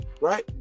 right